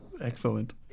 Excellent